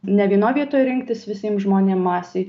ne vienoj vietoj rinktis visiem žmonėm masėj